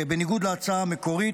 בניגוד להצעה המקורית,